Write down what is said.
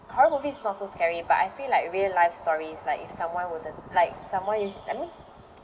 horror movie is not so scary but I feel like real life stories like if someone were to like someone usual I mean